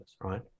Right